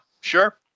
sure